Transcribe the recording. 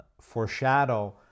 foreshadow